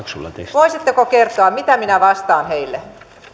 voisitteko kertoa mitä minä vastaan heille